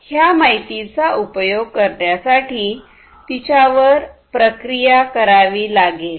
ह्या माहितीचा उपयोग करण्यासाठी तिच्यावर प्रक्रिया करावी लागेल